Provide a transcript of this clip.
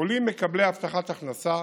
עולים מקבלי הבטחת הכנסה,